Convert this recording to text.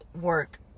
work